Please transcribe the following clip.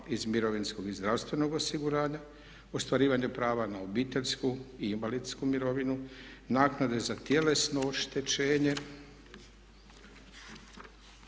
iz mirovinskog i zdravstvenog osiguranja, ostvarivanje prava na obiteljsku i invalidsku mirovinu, naknade za tjelesno oštećenje